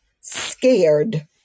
scared